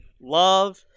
Love